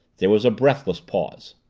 there was a breathless pause.